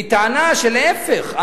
שלהיפך,